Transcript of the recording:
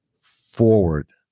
Forward